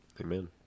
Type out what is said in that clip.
Amen